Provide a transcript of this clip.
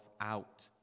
out